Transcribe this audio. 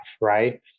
right